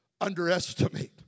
underestimate